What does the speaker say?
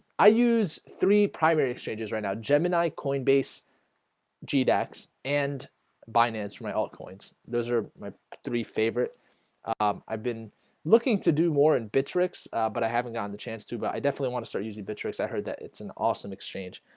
i use three primary exchangers right now gemini coinbase g dax and finance for my altcoins those are my three favorite i've been looking to do more in bit tricks but i haven't gotten the chance to but i definitely want to start using bit tricks. i heard that it's an awesome exchange